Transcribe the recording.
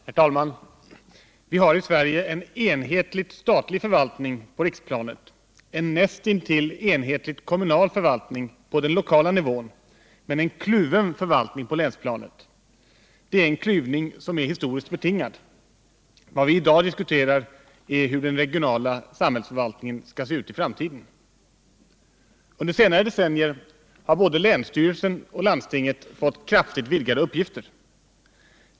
Herr talman! Vi har i Sverige en enhetligt statlig förvaltning på riksplanet och en näst intill enhetligt kommunal förvaltning på den lokala nivån men en kluven förvaltning på länsplanet. Det är en klyvning som är historiskt betingad. Vad vi i dag diskuterar är hur den regionala samhällsförvaltningen skall se ut i framtiden. Under senare decennier har såväl länsstyrelsen som landstinget fått kraftigt vidgade uppgifter.